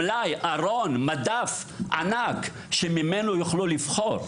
מלאי ענק, שממנו יוכלו לבחור.